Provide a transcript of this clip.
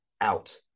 out